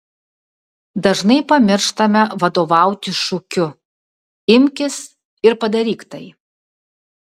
dažnai pamirštame vadovautis šūkiu imkis ir padaryk tai